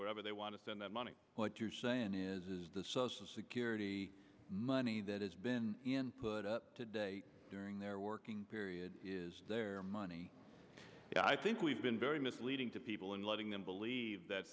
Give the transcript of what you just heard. where ever they want to send that money what you're saying is the social security money that has been in put up today during their working period is their money i think we've been very misleading to people and letting them believe that